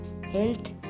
health